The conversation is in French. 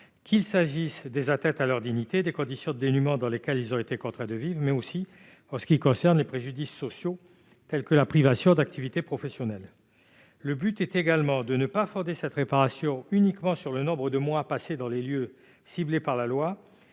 qu'il s'agisse des atteintes à leur dignité, des conditions de dénuement dans lesquelles ils ont été contraints de vivre, ou encore des préjudices sociaux tels que la privation d'activité professionnelle. L'objectif est également de ne pas fonder cette réparation uniquement sur le nombre de mois passés dans les lieux ciblés par la loi,